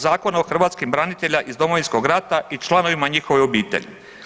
Zakona o hrvatskim braniteljima iz Domovinskog rata i članovima njihove obitelji.